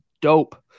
dope